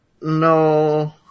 No